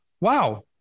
wow